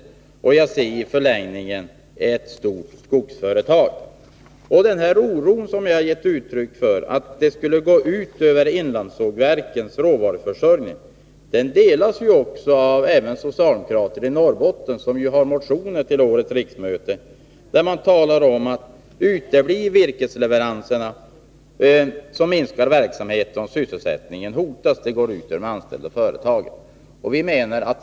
Jag ser i förlängningen ett enda stort skogsföretag. Den oro som jag har gett uttryck för, att det här skulle gå ut över inlandssågverkens råvaruförsörjning, delas av socialdemokrater i Norrbotten, som har väckt motioner till årets riksmöte där man säger att uteblir virkesleveranserna, så minskar verksamheten och sysselsättningen hotas, och det går ut över de anställda i företagen.